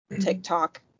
TikTok